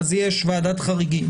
יש ועדת חריגים